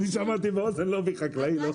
אני שמעתי באוזן לובי חקלאי.